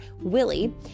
willie